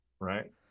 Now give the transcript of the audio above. Right